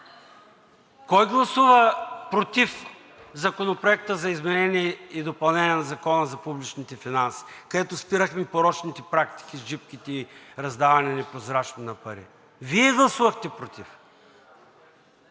Кой гласува против Законопроекта за изменение и допълнение на Закона за публичните финанси, където спирахме порочните практики с джипките и непрозрачно раздаване на пари? Вие гласувахте против!